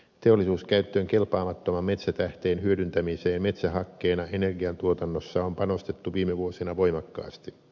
teollisuuskäyttöön kelpaamattoman metsätähteen hyödyntämiseen metsähakkeena energiantuotannossa on panostettu viime vuosina voimakkaasti